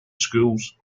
schools